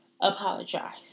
apologize